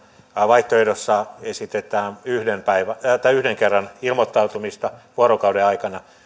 vaihtoehdossa esitetään yhden kerran ilmoittautumista vuorokauden aikana